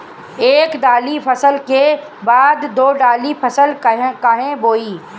एक दाली फसल के बाद दो डाली फसल काहे बोई?